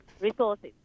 resources